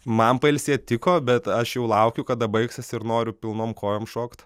man pailsėt tiko bet aš jau laukiu kada baigsis ir noriu pilnom kojom šokt